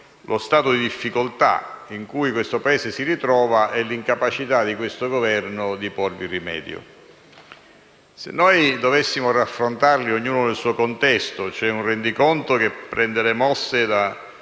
lo stato di difficoltà in cui il Paese si trova e l'incapacità del Governo nel porvi rimedio. Se dovessimo raffrontarli ognuno al suo contesto, ossia il Rendiconto, che prende le mosse dal